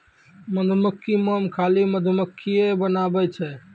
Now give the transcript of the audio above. मधुमक्खी मोम खाली मधुमक्खिए बनाबै छै